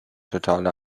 totale